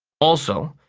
also,